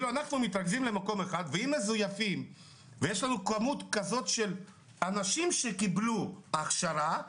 יש כמות כזאת של אנשים שקבלו הכשרה,